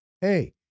Hey